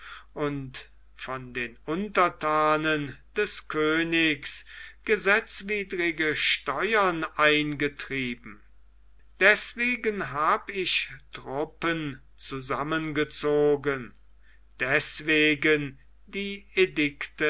und von den unterthanen des königs gesetzwidrige steuern eingetrieben deßwegen habe ich truppen zusammengezogen deßwegen die